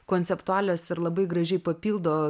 konceptualios ir labai gražiai papildo